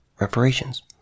reparations